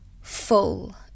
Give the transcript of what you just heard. full